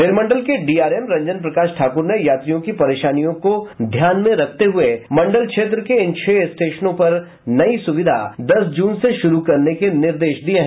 rail मंडल के DRM Ranjan Prakash Thakur ने यात्रियों की परेशानियों को ध्यान में रखते हुए मंडल क्षेत्र के इन छह स्टेशनों पर नयी सुविधा दस जून से शुरू करने के निर्देश दिये हैं